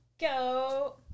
go